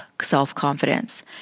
self-confidence